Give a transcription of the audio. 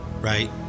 right